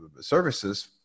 services